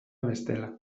bestela